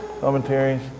commentaries